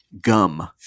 gum